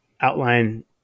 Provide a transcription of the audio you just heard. outline